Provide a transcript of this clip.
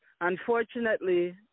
Unfortunately